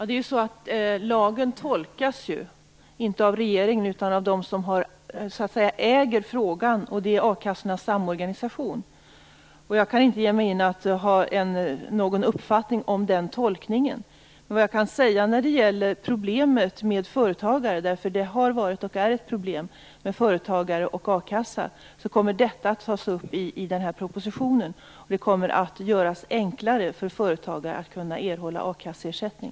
Fru talman! Lagen tolkas inte av regeringen utan av dem som "äger frågan", nämligen A-kassornas samorganisation. Jag kan inte ge uttryck för någon uppfattning om den tolkningen. Problemet med företagare - detta har ju varit, och är, ett problem - och a-kassan kommer att tas upp i nämnda proposition. Det kommer att bli enklare för företagare att kunna erhålla a-kasseersättning.